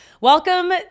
Welcome